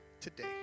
today